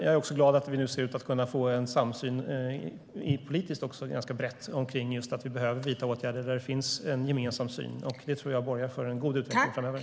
Jag är också glad över att det nu ser ut som att det finns en bred politisk samsyn om att åtgärder behöver vidtas. Det borgar för en god utveckling framöver.